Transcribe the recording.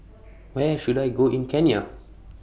Where should I Go in Kenya